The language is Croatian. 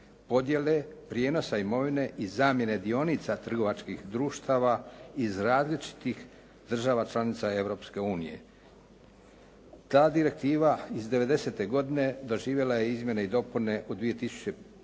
podjele, prijenosa imovine i zamjene dionica trgovačkih društava iz različitih država članica Europske unije. Ta direktiva iz '90.-te godine doživjela je izmjene i dopune u 2005.